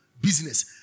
Business